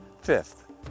Fifth